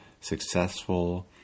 successful